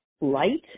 light